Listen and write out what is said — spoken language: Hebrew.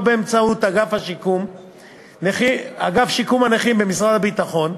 באמצעות אגף שיקום נכים במשרד הביטחון,